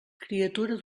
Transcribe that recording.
criatura